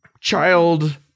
child